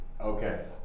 Okay